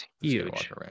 Huge